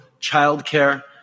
childcare